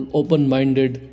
open-minded